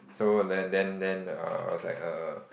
so then then then err I was like err